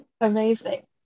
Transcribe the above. Amazing